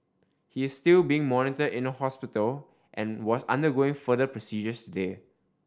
he is still being monitored in a hospital and was undergoing further procedures today